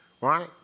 Right